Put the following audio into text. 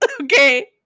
Okay